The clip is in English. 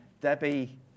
Debbie